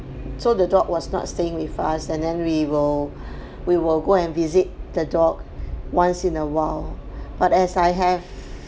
so the dog was not staying with us and then we will we will go and visit the dog once in a while but as I have